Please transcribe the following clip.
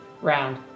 Round